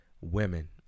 women